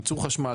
ייצור חשמל,